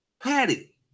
Patty